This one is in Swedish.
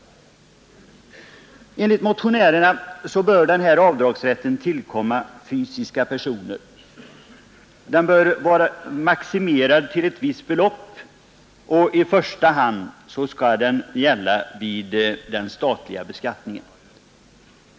Enligt motionärerna bör sådan avdragsrätt tillkomma fysiska personer, vara maximerad till ett visst belopp samt i första hand gälla vid den statliga beskattningen.